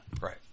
Right